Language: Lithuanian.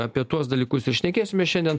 apie tuos dalykus ir šnekėsimės šiandien